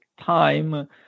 time